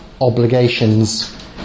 obligations